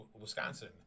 Wisconsin